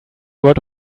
word